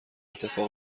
اتفاق